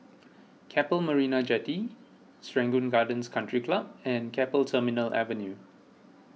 Keppel Marina Jetty Serangoon Gardens Country Club and Keppel Terminal Avenue